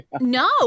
No